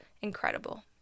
incredible